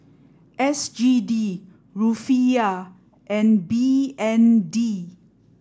S G D Rufiyaa and B N D